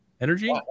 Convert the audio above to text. energy